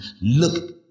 look